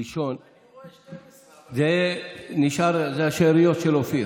לישון, אני רואה 12, זה השאריות של אופיר.